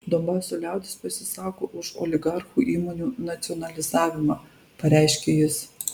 donbaso liaudis pasisako už oligarchų įmonių nacionalizavimą pareiškė jis